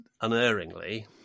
unerringly